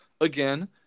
again